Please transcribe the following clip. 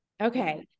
Okay